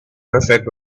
perfect